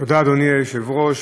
אדוני היושב-ראש,